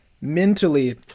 mentally